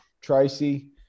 Tracy